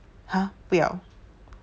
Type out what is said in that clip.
!huh! 不要